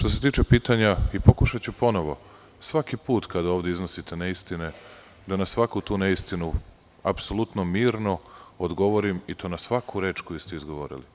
Pokušaću ponovo i svaki put kada ovde iznosite neistine da na svaku tu neistinu apsolutno mirno odgovorim, i to na svaku reč koju ste izgovorili.